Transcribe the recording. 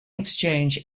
exchange